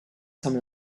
some